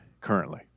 currently